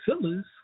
fillers